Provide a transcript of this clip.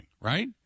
right